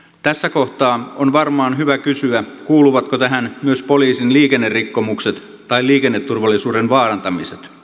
tässä kohtaa on varmaan hyvä kysyä kuuluvatko tähän myös poliisin liikennerikkomukset tai liikenneturvallisuuden vaarantamiset